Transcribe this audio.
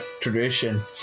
tradition